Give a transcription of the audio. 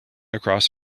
across